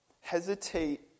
hesitate